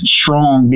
strong